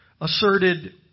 asserted